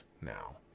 now